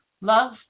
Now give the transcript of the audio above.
love